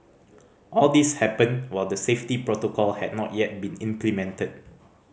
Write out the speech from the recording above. all this happened while the safety protocol had not yet been implemented